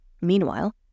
Meanwhile